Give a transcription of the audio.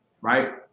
right